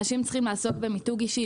אנשים צריכים לעסוק במיתוג אישי,